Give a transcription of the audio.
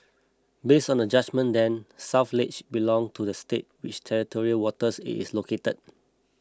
based on the judgement then South Ledge belonged to the state which territorial waters it is located